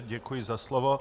Děkuji za slovo.